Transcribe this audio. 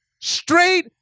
straight